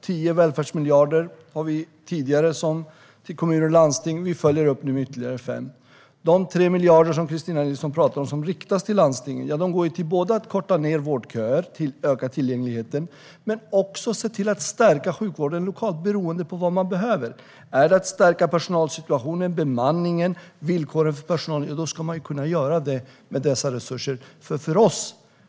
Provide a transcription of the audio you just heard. Vi har sedan tidigare 10 välfärdsmiljarder till kommuner och landsting; vi följer nu upp med ytterligare 5. De 3 miljarder som Kristina Nilsson talar om, som riktas till landstingen, går både till att korta ned vårdköerna och öka tillgängligheten och till att se till att stärka sjukvården lokalt, beroende på vad man behöver. Är det att stärka personalsituationen och bemanningen och förbättra villkoren för personalen ska man kunna göra det med dessa resurser.